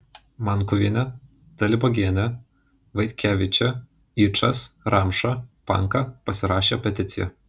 mankuvienė dalibogienė vaitkevičė yčas ramša panka pasirašė peticiją